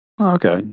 Okay